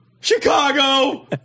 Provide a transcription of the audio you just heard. Chicago